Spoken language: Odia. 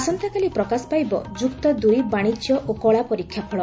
ଆସନ୍ତାକାଲି ପ୍ରକାଶ ପାଇବ ଯୁକ୍ତ ଦୁଇ ବାଶିଜ୍ୟ ଓ କଳା ପରୀକ୍ଷା ଫଳ